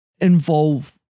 involve